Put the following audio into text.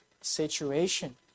situation